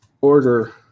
Order